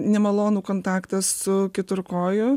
nemalonų kontaktą su keturkoju